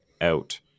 out